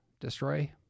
destroy